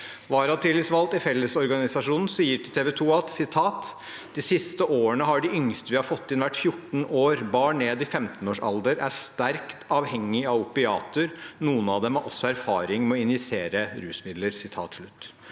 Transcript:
Varatillitsvalgt i Fellesorganisasjonen sier til TV 2: «De siste årene har de yngste vi har fått inn vært 14 år. Barn ned i 15-årsalder er sterkt avhengige av (…) opiater. Noen av dem har også erfaring med å injisere rusmidler